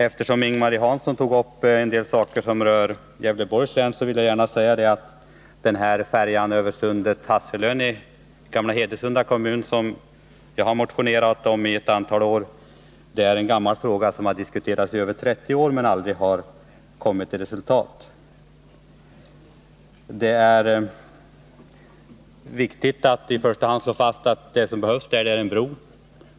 Eftersom Ing-Marie Hansson tog upp en del saker som rör Gävleborgs län vill jag gärna säga att färjan Sundet-Hasselön i Gamla Hedesunda kommun, som jag motionerat om under ett antal år, är en fråga som diskuterats i över 30 år utan att man kommit till något resultat. Det är viktigt att i första hand slå fast att det som behövs är en bro.